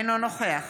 אינו נוכח